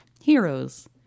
heroes